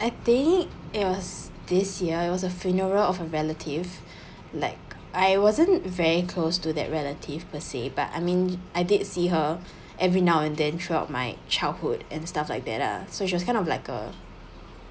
I think it was this year it was a funeral of a relative like I wasn't very close to that relative per say but I mean I did see her every now and then throughout my childhood and stuff like that lah so she was kind of like a